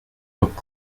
book